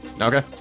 Okay